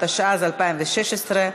התשע"ז 2016,